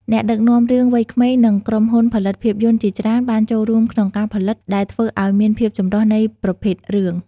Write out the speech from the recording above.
អ្នកដឹកនាំរឿងវ័យក្មេង និងក្រុមហ៊ុនផលិតភាពយន្តជាច្រើនបានចូលរួមក្នុងការផលិត ដែលធ្វើឱ្យមានភាពចម្រុះនៃប្រភេទរឿង។